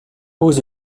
aux